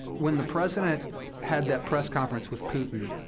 when the president had that press conference with putin,